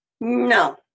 No